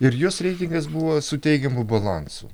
ir jos reitingas buvo su teigiamu balansu